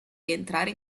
rientrare